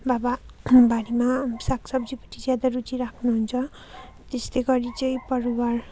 बाबा बारीमा साग सब्जीपट्टि ज्यादा रुचि राख्नु हुन्छ त्यस्तै गरी चाहिँ परिवार